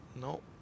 no